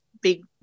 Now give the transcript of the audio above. big